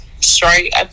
straight